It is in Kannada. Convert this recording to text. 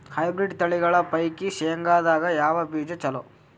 ಹೈಬ್ರಿಡ್ ತಳಿಗಳ ಪೈಕಿ ಶೇಂಗದಾಗ ಯಾವ ಬೀಜ ಚಲೋ?